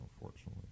unfortunately